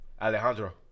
Alejandro